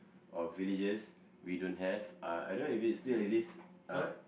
or villages we don't have uh I don't know if it still exists uh